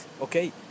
Okay